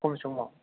खम समाव